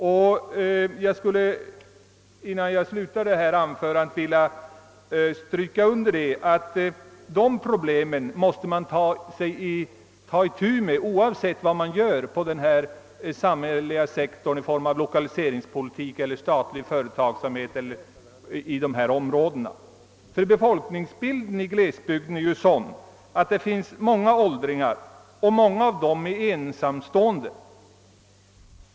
Innan jag slutar mitt anförande skulle jag vilja stryka under att vi måste ta itu med dessa problem oavsett vad som sker på den samhälleliga sektorn i form av lokaliseringspolitik eller statlig företagsamhet inom dessa områden. Befolkningsbilden i glesbygden är sådan att det finns många åldringar av vilka många är ensamstående.